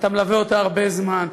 שאתה מלווה אותה הרבה זמן.